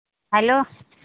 hello